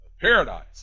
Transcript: paradise